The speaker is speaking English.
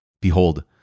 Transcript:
Behold